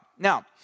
Now